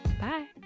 Bye